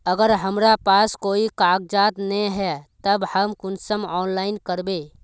अगर हमरा पास कोई कागजात नय है तब हम कुंसम ऑनलाइन करबे?